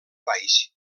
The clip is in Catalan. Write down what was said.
baix